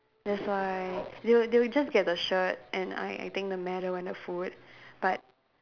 that's why they will they will just get the shirt and I I think the medal and the food but